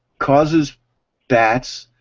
causes bats